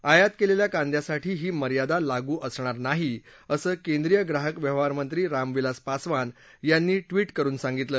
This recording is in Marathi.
आयात केलेल्या कांद्यासाठी ही मर्यादा लागू असणार नाही असं केंद्रीय ग्राहक व्यवहारमंत्री रामविलास पासवान यांनी ट्वीट करून सांगितलं